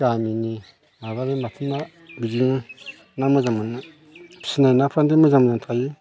गामिनि माबा बे माथो ना बिदिनो ना मोजां मोनो फिनाय नाफ्रा देन मोजां मोजां थायो